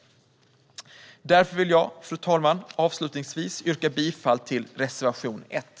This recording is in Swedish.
Därför vill jag, fru talman, avslutningsvis yrka bifall till reservation 1.